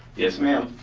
yes, ma'am.